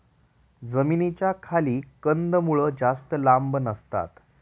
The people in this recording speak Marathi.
जमिनीच्या खाली कंदमुळं जास्त लांब नसतात